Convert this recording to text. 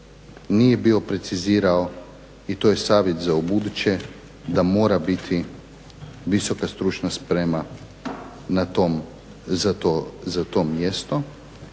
nije bio precizirao i to je savjet za ubuduće da mora biti visoka stručna sprema za to mjesta,